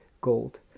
gold